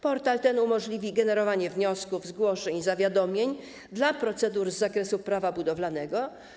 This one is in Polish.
Portal ten umożliwi generowanie wniosków, zgłoszeń, zawiadomień dla procedur z zakresu prawa budowlanego.